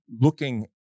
looking